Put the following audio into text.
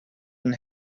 and